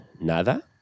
nada